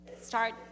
start